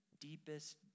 deepest